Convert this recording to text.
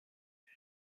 des